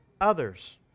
others